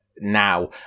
now